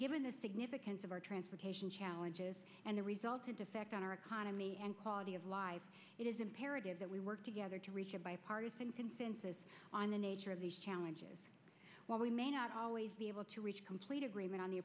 given the significance of our transportation challenges and the resultant effect on our economy and quality of life it is imperative that we work together to reach a bipartisan consensus on the nature of these challenges while we may not always be able to reach complete agreement on the